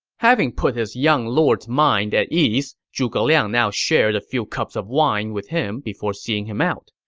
having put his young lord's mind at ease, zhuge liang now shared a few cups of wine with him before seeing him out.